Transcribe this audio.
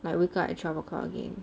like wake up at twelve o'clock again